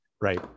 right